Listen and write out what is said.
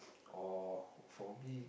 or for me